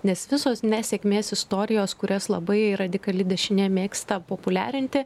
nes visos nesėkmės istorijos kurias labai radikali dešinė mėgsta populiarinti